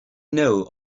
know